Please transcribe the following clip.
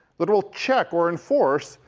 that it'll check or enforce,